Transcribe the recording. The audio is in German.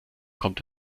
kommt